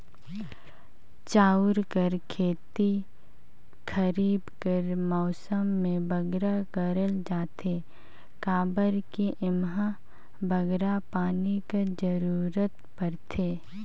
चाँउर कर खेती खरीब कर मउसम में बगरा करल जाथे काबर कि एम्हां बगरा पानी कर जरूरत परथे